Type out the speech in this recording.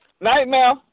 Nightmare